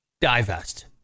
divest